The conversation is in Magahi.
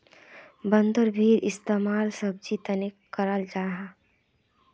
बन्द्गोभीर इस्तेमाल सब्जिर तने कराल जाहा